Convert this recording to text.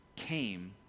came